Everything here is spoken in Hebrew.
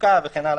שיפקע וכן הלאה,